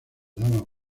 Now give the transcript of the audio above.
daba